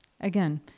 again